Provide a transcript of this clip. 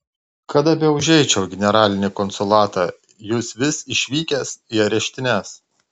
kada beužeičiau į generalinį konsulatą jūs vis išvykęs į areštines